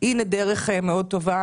אז הנה דרך מאוד טובה